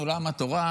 עולם התורה,